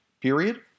period